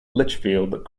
lichfield